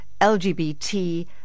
lgbt